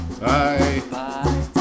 Bye